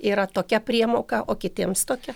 yra tokia priemoka o kitiems tokia